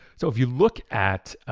so if you look at,